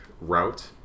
route